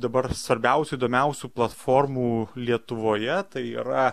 dabar svarbiausių įdomiausių platformų lietuvoje tai yra